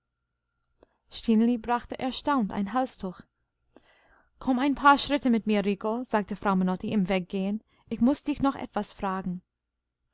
brachte erstaunt ein halstuch komm ein paar schritte mit mir rico sagte frau menotti im weggehen ich muß dich noch etwas fragen